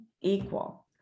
equal